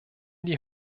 die